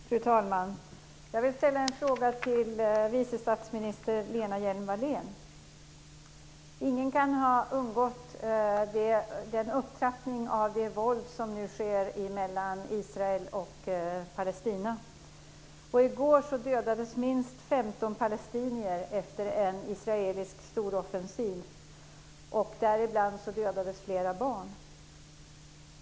Fru talman! Jag vill ställa en fråga till vice statsminister Lena Hjelm-Wallén. Ingen kan ha undgått den upptrappning av våldet som nu sker mellan Israel och Palestina. I går dödades minst 15 palestinier efter en israelisk storoffensiv, däribland flera barn.